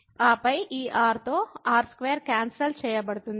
ఆపై ఈ r తో r2 క్యాన్సల్ చేయబడుతుంది